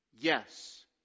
Yes